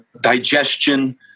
digestion